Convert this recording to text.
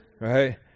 right